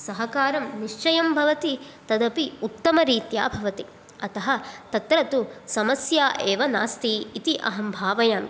सहकारं निश्चयं भवति तदपि उत्तमरीत्या भवति अतः तत्र तु समस्या एव नास्ति इति अहं भावयामि